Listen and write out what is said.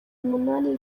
umunani